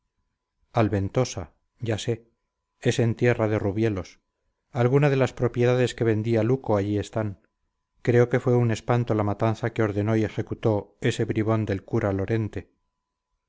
llano alventosa ya sé es en tierra de rubielos alguna de las propiedades que vendí a luco allí están creo que fue un espanto la matanza que ordenó y ejecutó ese bribón del cura lorente